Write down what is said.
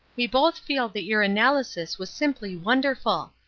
we both feel that your analysis was simply wonderful.